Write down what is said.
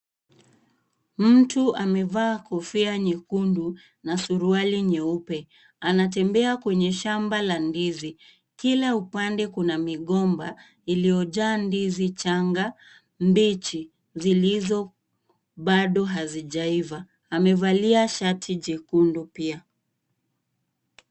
Mtu amevaa kofia nyekundu, na suruali nyeupe. Anatembea kwenye shamba la ndizi. Kila upande kuna migomba iliyojaa ndizichanga mbichi, zilizo bado hazijaiva. Amevalia shati jekundu pia.